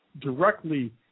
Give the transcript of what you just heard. directly